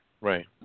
Right